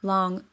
Long